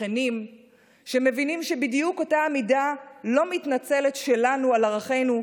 שכנים שמבינים שבדיוק אותה עמידה לא מתנצלת שלנו על ערכינו,